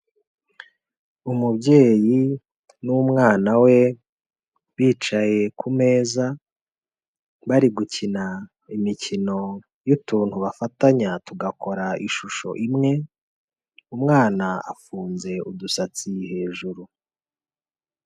Umubyeyi n'umwana we bicaye ku meza, bari gukina imikino y'utuntu bafatanya tugakora ishusho imwe, umwana afunze udusatsi hejuru.